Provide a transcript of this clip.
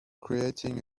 creating